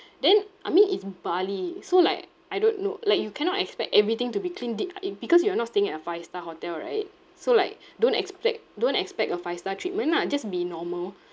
then I mean it's bali so like I don't know like you cannot expect everything to be clean deep it because you are not staying at a five star hotel right so like don't expect don't expect a five star treatment ah just be normal